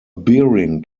bearing